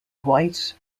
white